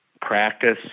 practice